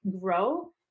grow